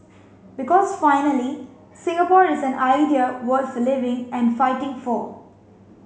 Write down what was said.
because finally Singapore is an idea worth living and fighting for